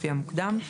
לפי המוקדם,